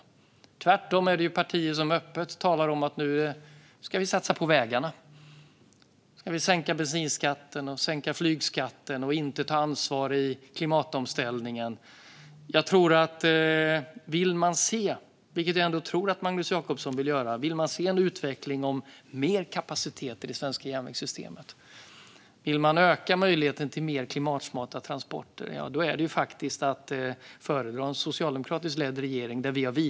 De är tvärtom partier som öppet talar om att satsa på vägarna, sänka bensinskatten och flygskatten och inte ta ansvar i klimatomställningen. Om man vill - vilket jag ändå tror att Magnus Jacobsson vill - se en utveckling mot mer kapacitet i det svenska järnvägssystemet och om man vill öka möjligheten till mer klimatsmarta transporter tror jag faktiskt att en socialdemokratiskt ledd regering är att föredra.